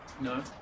No